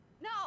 No